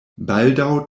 baldaŭ